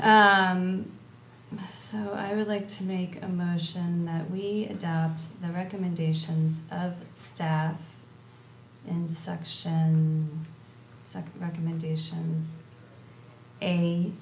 ok so i would like to make a motion we the recommendations of staff and such and such recommendations a